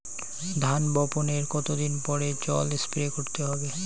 ধান বপনের কতদিন পরে জল স্প্রে করতে হবে?